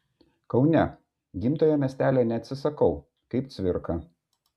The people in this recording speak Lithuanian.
kaune gimtojo miestelio neatsisakau kaip cvirka